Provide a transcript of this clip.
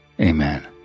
Amen